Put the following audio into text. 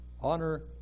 Honor